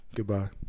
Goodbye